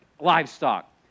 livestock